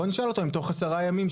בוא נשאל אותו אם תוך עשרה ימים,